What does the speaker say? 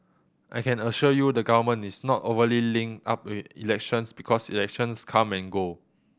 I can assure you the Government is not overly linked up with elections because elections come and go